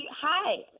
Hi